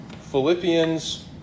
Philippians